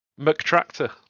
McTractor